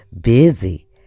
busy